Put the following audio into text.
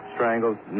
Strangled